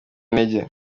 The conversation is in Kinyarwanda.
intege